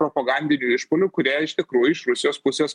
propagandinių išpuolių kurie iš tikrųjų iš rusijos pusės